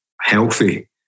healthy